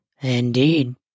indeed